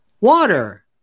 water